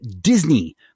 Disney